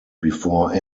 before